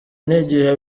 n’igihe